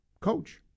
coach